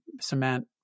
cement